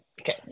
Okay